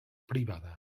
privada